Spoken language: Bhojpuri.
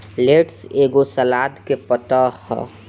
लेट्स एगो सलाद के पतइ ह